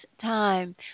time